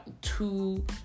two